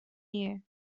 year